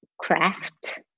craft